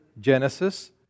Genesis